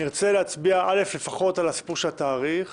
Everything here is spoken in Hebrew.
אני רוצה להצביע לפחות על התאריך